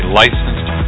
licensed